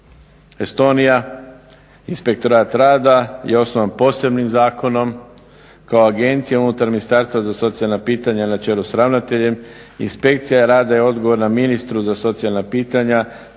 Estonija, inspektorat rada je osnovan posebnim zakonom kao agencija unutar Ministarstva za socijalna pitanja na čelu sa ravnateljem. Inspekcija rada je odgovorna ministru za socijalna pitanja